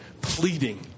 pleading